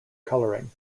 colouring